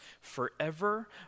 forever